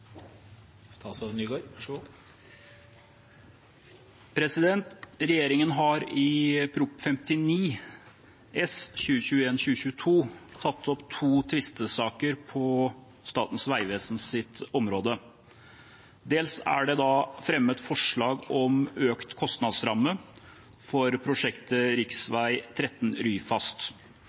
Regjeringen har i Prop. 59 S for 2021–2022 tatt opp to tvistesaker på Statens vegvesens område. Dels er det fremmet forslag om økt kostnadsramme for prosjektet rv. 13 Ryfast.